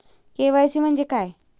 KYC म्हंजे काय?